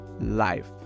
life